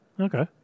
Okay